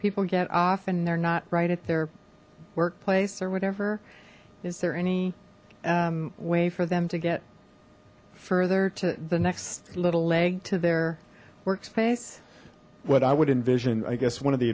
people get off and they're not right at their workplace or whatever is there any way for them to get further to the next little leg to their workspace what i would envision i guess one of the